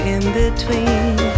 In-between